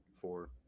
four